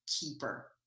Keeper